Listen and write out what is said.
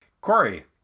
Corey